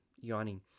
yawning